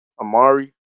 Amari